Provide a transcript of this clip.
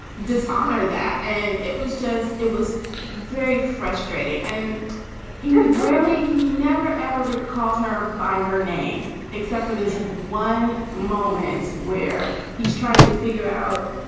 dishonor that and it was just it was very frustrating. and he rarely he never, ever recalled her by her name, except for this one moments where he's tried to figure out,